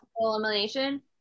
elimination